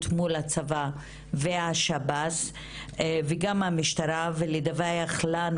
מול הצבא ומול שירות בתי הסוהר וגם המשטרה ולדווח לנו.